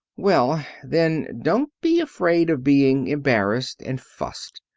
well, then, don't be afraid of being embarrassed and fussed.